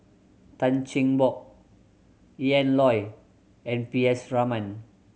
Tan Cheng Bock Ian Loy and P S Raman